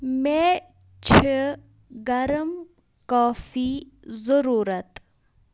مےٚ چھِ گرم کافی ضٔروٗرَت